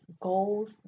goals